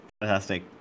fantastic